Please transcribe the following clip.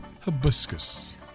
hibiscus